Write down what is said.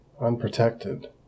unprotected